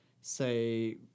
say